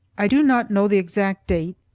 i do not know the exact date,